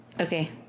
Okay